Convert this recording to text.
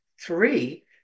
three